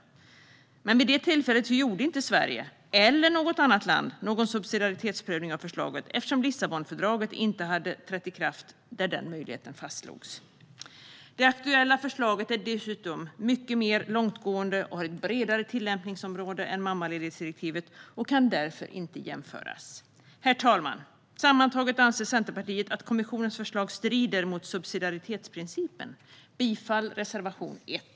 Men vid det tillfället gjorde inte Sverige eller något annat land någon subsidiaritetsprövning av förslaget. Detta eftersom Lissabonfördraget, där den möjligheten fastslogs, då inte hade trätt i kraft. Det aktuella förslaget är dessutom mycket mer långtgående och har ett bredare tillämpningsområde än mammaledighetsdirektivet och kan därför inte jämföras. Herr talman! Sammantaget anser Centerpartiet att kommissionens förslag strider mot subsidiaritetsprincipen. Jag yrkar bifall till reservation 1.